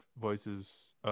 voices